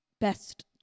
best